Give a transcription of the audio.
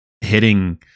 hitting